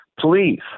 please